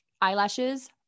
eyelashes